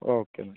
okay എന്നാൽ